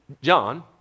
John